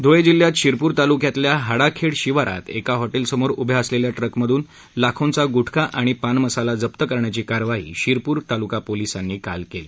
ध्ळे जिल्ह्यात शिरपूर तालुक्यातल्या हाडाखेड शिवारात एका हॉटेलसमोर उभ्या असलेल्या ट्रक मधून लाखोंचा ग्टखा आणि पान मसाला जप्त करण्याची कारवाई शिरपूर ताल्का पोलिसांनी काल केली